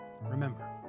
Remember